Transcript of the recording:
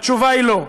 התשובה היא: לא.